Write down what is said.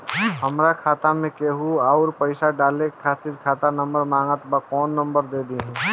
हमार खाता मे केहु आउर पैसा डाले खातिर नंबर मांगत् बा कौन नंबर दे दिही?